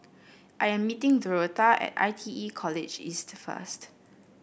I am meeting Dorotha at I T E College East first